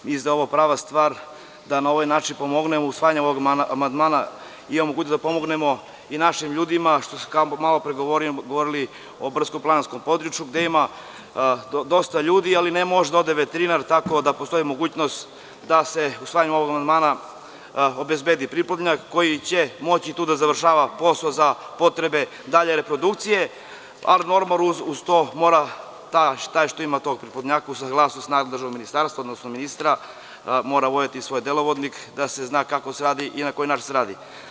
Mislim da je ovo prava stvar da na ovaj način pomognemo, usvajanjem ovog amandmana imamo mogućnost da pomognemo i našim ljudima, kao što ste malo pre govorili, u brdsko-planinskom području, gde ima dosta ljudi, ali ne može da ode veterinar, tako da postoji mogućnost da se usvajanjem ovog amandmana obezbedi priplodnjak koji će moći da završava posao za potrebe dalje reprodukcije, a normalno uz to mora taj što ima tog priplodnjaka, uz saglasnost nadležnog ministarstva, odnosno ministra, mora voditi svoj delovodnik, da se zna kako se radi i na koji način se radi.